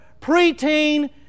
preteen